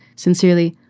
sincerely.